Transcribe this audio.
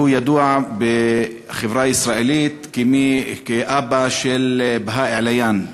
והוא ידוע בחברה הישראלית כאבא של בהא עליאן,